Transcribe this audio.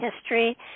history